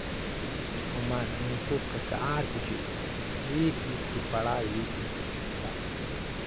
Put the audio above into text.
वहाँ अनेकों प्रकार की चिड़िया एक एक से बड़ा एक एक से छोटा